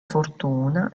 fortuna